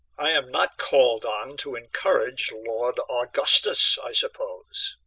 i am not called on to encourage lord augustus, i suppose?